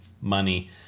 money